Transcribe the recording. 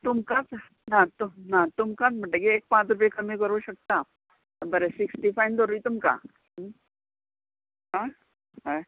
तुमकांच ना ना तुमकांच म्हणटगीर एक पांच रुपया कमी करूं शकता बरें सिक्स्टी फायव धरूय तुमकां आं हय